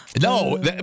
No